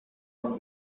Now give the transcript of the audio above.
man